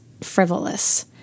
frivolous